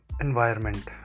environment